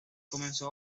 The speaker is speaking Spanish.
comenzó